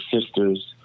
sisters